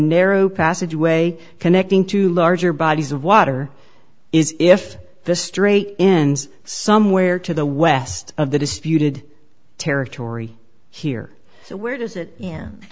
narrow passageway connecting to larger bodies of water is if the strait ends somewhere to the west of the disputed territory here where does it